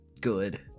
good